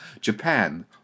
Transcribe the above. Japan